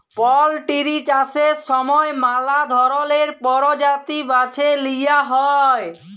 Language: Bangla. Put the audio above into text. পলটিরি চাষের সময় ম্যালা ধরলের পরজাতি বাছে লিঁয়া হ্যয়